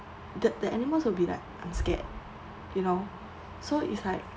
the the animals will be like ah scared you know so it's like